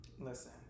listen